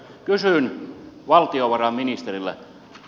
kysyn valtiovarainministeriltä